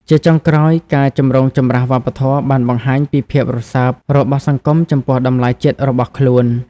ជាចុងក្រោយ ការចម្រូងចម្រាសវប្បធម៌បានបង្ហាញពីភាពរសើបរបស់សង្គមចំពោះតម្លៃជាតិរបស់ខ្លួន។